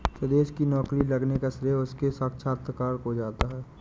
सुदेश की नौकरी लगने का श्रेय उसके साक्षात्कार को जाता है